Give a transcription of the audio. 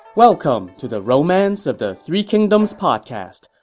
welcome to the romance of the three kingdoms podcast.